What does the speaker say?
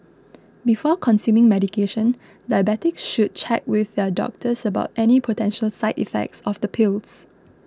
before consuming medication diabetics should check with their doctors about any potential side effects of the pills